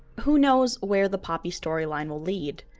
who knows where the poppy storyline will lead?